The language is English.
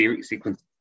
sequence